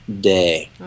day